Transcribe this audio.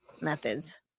methods